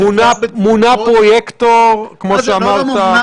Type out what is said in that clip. זאת אומרת, מונה פרויקטור, כמו שאמרת.